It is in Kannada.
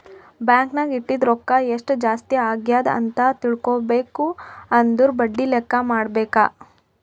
ಬ್ಯಾಂಕ್ ನಾಗ್ ಇಟ್ಟಿದು ರೊಕ್ಕಾಕ ಎಸ್ಟ್ ಜಾಸ್ತಿ ಅಗ್ಯಾದ್ ಅಂತ್ ತಿಳ್ಕೊಬೇಕು ಅಂದುರ್ ಬಡ್ಡಿ ಲೆಕ್ಕಾ ಮಾಡ್ಬೇಕ